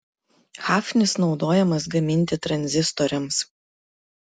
hafnis naudojamas gaminti tranzistoriams